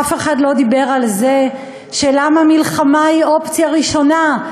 אף אחד לא דיבר על למה מלחמה היא אופציה ראשונה.